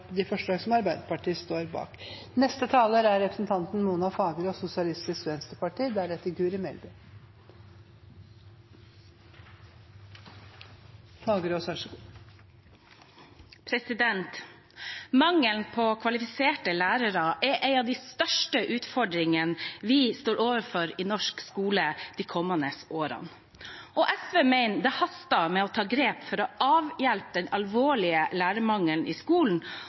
de forslagene han refererte til. Mangelen på kvalifiserte lærere er en av de største utfordringene vi står overfor i norsk skole de kommende årene. SV mener det haster med å ta grep for å avhjelpe den alvorlige lærermangelen i skolen